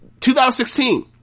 2016